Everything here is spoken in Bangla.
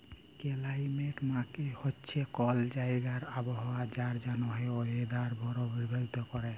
কেলাইমেট মালে হছে কল জাইগার আবহাওয়া যার জ্যনহে ওয়েদার পরভাবিত হ্যয়